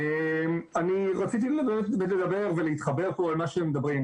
אני רציתי לדבר, ולהתחבר פה אל מה שהם מדברים.